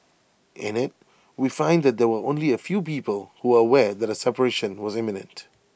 in IT we find that there were only A few people who are aware that A separation was imminent